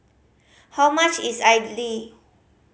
how much is idly